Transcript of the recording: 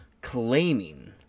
claiming